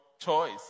choice